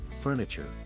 furniture